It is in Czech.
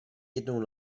jednou